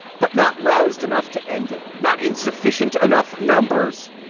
but not roused enough to end it. not in sufficient enough numbers.